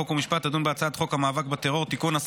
חוק ומשפט תדון בהצעת חוק המאבק בטרור (תיקון,